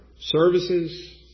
services